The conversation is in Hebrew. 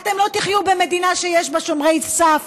אתם לא תחיו במדינה שיש בה שומרי סף